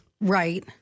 Right